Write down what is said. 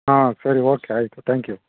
ಹಾಂ ಸರಿ ಓಕೆ ಆಯಿತು ಥ್ಯಾಂಕ್ ಯು